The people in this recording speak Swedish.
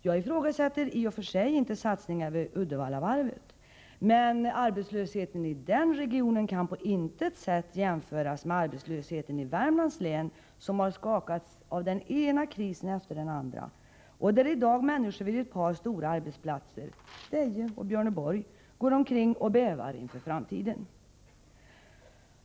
Jag ifrågasätter inte i och för sig satsningen i Uddevallaregionen, men arbetslösheten där kan på intet sätt jämföras med arbetslösheten i Värmlands län, som har skakats av den ena krisen efter den andra. Människor vid ett par stora arbetsplatser där, Deje och Björneborg, går i dag omkring och bävar inför framtiden.